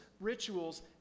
rituals